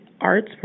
arts